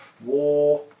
War